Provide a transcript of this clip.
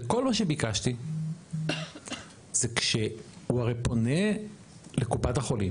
וכל מה שביקשתי זה כשהוא הרי פונה לקופת החולים